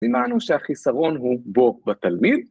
נמענו שהחיסרון הוא בו בתלמיד?